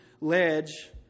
ledge